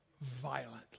violently